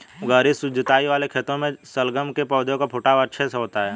गहरी जुताई वाले खेतों में शलगम के पौधे का फुटाव अच्छे से होता है